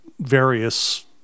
various